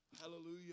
Hallelujah